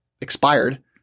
expired